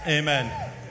amen